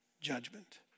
judgment